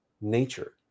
nature